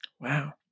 Wow